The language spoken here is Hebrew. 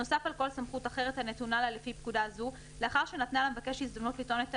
נוסף על כל סמכות אחרת הנתונה לה לפי פקודה זו,